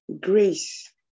grace